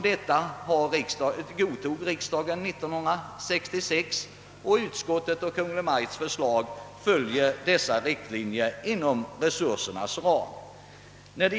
Detta godkändes av riksdagen, och Kungl. Maj:ts och utskottets förslag följer dessa riktlinjer inom resursernas ram.